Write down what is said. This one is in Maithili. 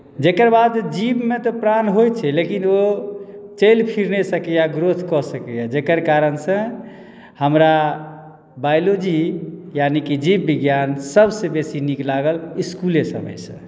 जकर बाद जीवमे तऽ प्राण होइत छै लेकिन ओ चलि फिर नहि सकैए ग्रोथ कऽ सकैए जकर कारणसँ हमरा बायोलॉजी यानिकि जीवविज्ञान सभसँ बेसी नीक लागल इस्कुले समयसँ